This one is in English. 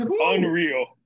Unreal